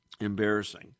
embarrassing